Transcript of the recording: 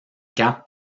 caps